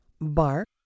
bark